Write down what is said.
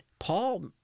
Paul